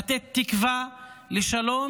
לתת תקווה לשלום,